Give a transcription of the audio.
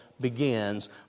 begins